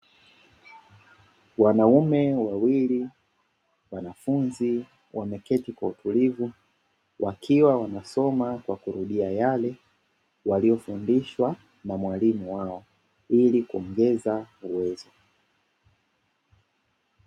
Wanaume wawili wanafunzi wameketi kwa utulivu wakiwa wanasoma kwa kurudia yale waliyofundishwa na mwalimu wao ili kuongeza uwezo.